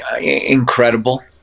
incredible